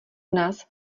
nás